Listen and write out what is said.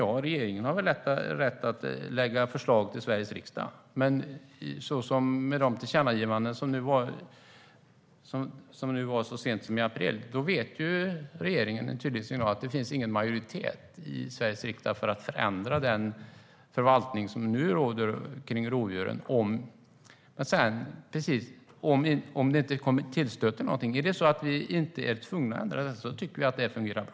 Ja, regeringen har väl rätt att lägga fram förslag till Sveriges riksdag. Men det gjordes ju tillkännagivanden så sent som i april. Det är en tydlig signal till regeringen att det inte finns någon majoritet i Sveriges riksdag för att förändra den förvaltning av rovdjuren som nu råder, om det inte tillstöter någonting. Om vi inte är tvungna att ändra förvaltningen tycker vi att det här fungerar bra.